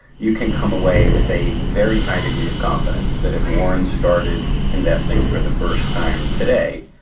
you can come away with a very high degree of confidence that if warren started investing for the first time today,